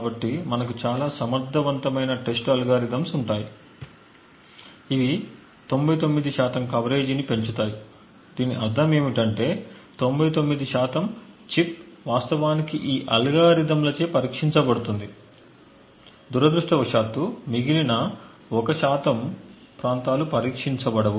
కాబట్టి మనకు చాలా సమర్థవంతమైన టెస్ట్ అల్గోరిథమ్స్ ఉంటాయి ఇవి 99 శాతం కవరేజీని పెంచుతాయి దీని అర్థం ఏమిటంటే 99 శాతం చిప్ వాస్తవానికి ఈ అల్గోరిథంలచే పరీక్షించబడుతుంది దురదృష్టవశాత్తు మిగిలిన 1 శాతం ప్రాంతాలు పరీక్షించబడవు